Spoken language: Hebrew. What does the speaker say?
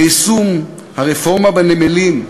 ביישום הרפורמה בנמלים,